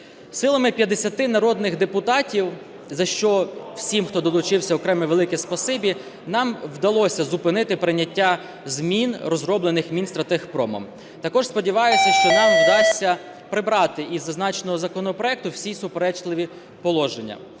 Силами 50 народних депутатів, за що всім, хто долучився, окреме велике спасибі, нам вдалося зупинити прийняття змін, розроблених Мінстратегпромом. Також сподіваюся, що нам вдасться прибрати із зазначеного законопроекту всі суперечливі положення.